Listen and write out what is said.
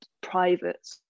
private